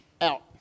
out